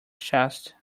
chest